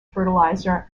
fertilizer